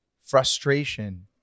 frustration